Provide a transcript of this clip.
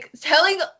Telling